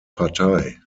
partei